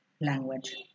language